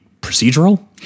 procedural